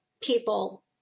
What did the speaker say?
people